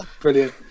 brilliant